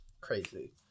crazy